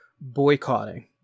boycotting